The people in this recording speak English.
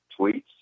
tweets